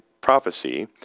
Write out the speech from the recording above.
prophecy